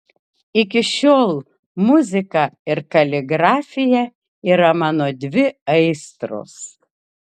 iki šiol muzika ir kaligrafija yra mano dvi aistros